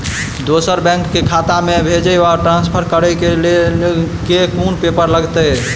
दोसर बैंक केँ खाता मे भेजय वा ट्रान्सफर करै केँ लेल केँ कुन पेपर लागतै?